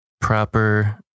proper